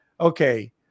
okay